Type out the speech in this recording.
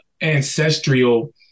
ancestral